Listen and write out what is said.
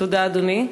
תודה, אדוני.